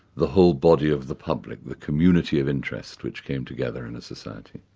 the whole body of the public, the community of interest, which came together in a society.